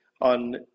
on